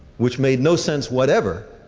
which made no sense whatever,